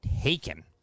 taken